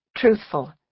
truthful